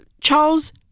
Charles